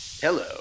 Hello